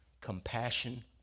Compassion